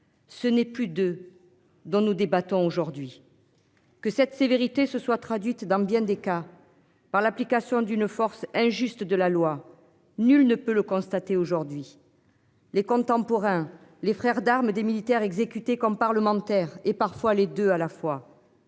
Ce n'est plus de dont nous débattons aujourd'hui. Que cette sévérité se soit traduite dans bien des cas par l'application d'une force injuste de la loi, nul ne peut le constater aujourd'hui. Les contemporains. Les frères d'armes des militaires exécutés comme parlementaire et parfois les 2 à la fois.